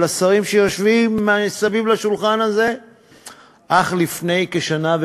השרים שיושבים סביב השולחן הזה אך לפני כשנה,